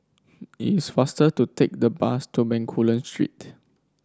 it is faster to take the bus to Bencoolen Street